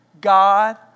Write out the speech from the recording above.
God